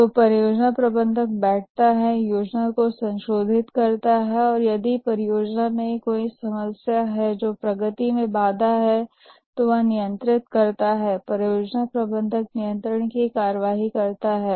तो परियोजना प्रबंधक बैठता है योजना को संशोधित करता है यदि परियोजना में कोई समस्या है जो प्रगति में बाधा है तो वह नियंत्रित करता है परियोजना प्रबंधक नियंत्रण की कार्रवाई करता है